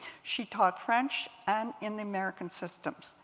she taught french and in the american systems,